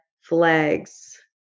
flags